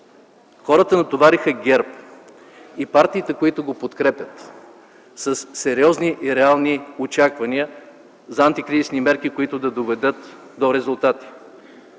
Хората натовариха ГЕРБ и партиите, които го подкрепят, със сериозни и реални очаквания за антикризисни мерки, които да доведат до резултати.